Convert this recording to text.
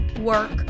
work